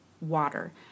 water